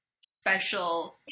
special